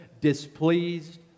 displeased